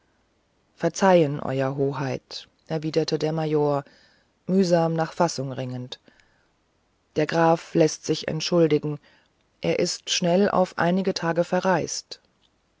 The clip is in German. verzeihen euer hoheit erwiderte der major mühsam nach fassung ringend der graf läßt sich entschuldigen er ist schnell auf einige tage verreist